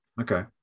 Okay